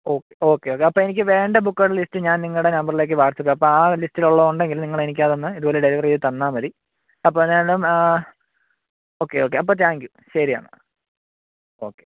okay okay okay അപ്പോൾ എനിക്ക് വേണ്ട ബുക്കുകളുടെ ലിസ്റ്റ് ഞാൻ നിങ്ങളുടെ നമ്പറിലേക്ക് വാട്ട്സ്ആപ്പ് ചെയ്യാം അപ്പോൾ ആ ഒരു ലിസ്റ്റിലുള്ള ഉണ്ടെങ്കിൽ നിങ്ങൾ എനിക്കതൊന്ന് ഇതുപോലെ ഡെലിവറി ചെയ്തു തന്നാൽമതി അപ്പോൾ ഞാനെല്ലാം ഓക്കെ ഓക്കെ അപ്പോൾ താങ്ക് യു ശരിയെന്നാൽ ഓക്കേ